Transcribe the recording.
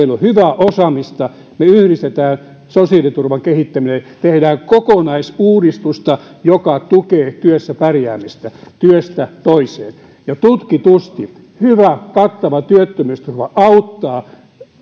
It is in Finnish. hyvää osaamista yhdistetään sosiaaliturvan kehittäminen tehdään kokonaisuudistusta joka tukee työssä pärjäämistä työstä toiseen ja tutkitusti hyvä kattava työttömyysturva auttaa